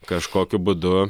kažkokiu būdu